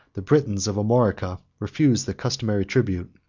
the britons of armorica refused the customary tribute,